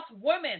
women